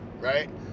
right